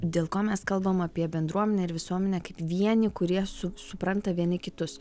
dėl ko mes kalbam apie bendruomenę ir visuomenę kaip vienį kurie su supranta vieni kitus